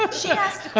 she asked a